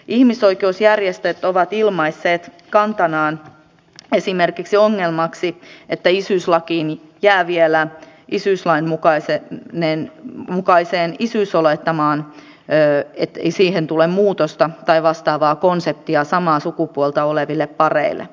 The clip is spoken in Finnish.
ihmisoikeusjärjestöt ovat ilmaisseet kantanaan esimerkiksi ongelmaksi että isyyslain mukaiseen isyysolettamaan ei vielä tule muutosta tai vastaavaa konseptia samaa sukupuolta oleville pareille